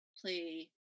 play